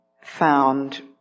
found